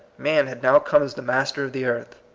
man had now come as the master of the earth.